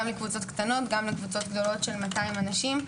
גם לקבוצות קטנות, גם לקבוצת גדולות של 200 אנשים.